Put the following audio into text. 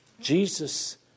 Jesus